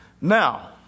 Now